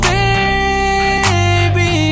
Baby